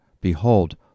behold